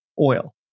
oil